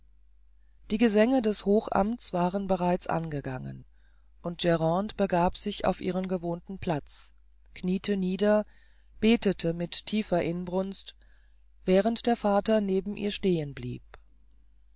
die gesänge des hochamts waren bereits angegangen und grande begab sich auf ihren gewohnten platz kniete nieder und betete mit tiefer inbrunst während ihr vater neben ihr stehen